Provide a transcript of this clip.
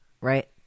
right